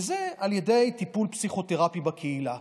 על ידי טיפול פסיכותרפי בקהילה.